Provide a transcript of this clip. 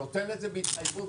שנותן את זה בהתחייבות,